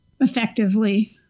effectively